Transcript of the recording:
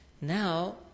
Now